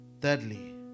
Thirdly